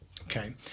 Okay